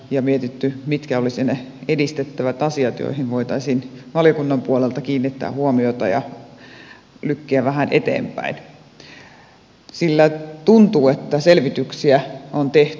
on mietitty mitkä olisivat ne edistettävät asiat joihin voitaisiin valiokunnan puolelta kiinnittää huomiota ja lykkiä vähän eteenpäin sillä tuntuu että selvityksiä on tehty